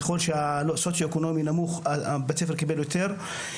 ככל שהסוציו אקונומי נמוך, בית הספר קיבל יותר.